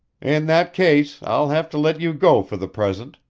in that case, i'll have to let you go for the present,